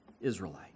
Israelite